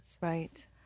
Right